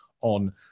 on